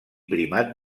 primat